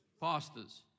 Pastors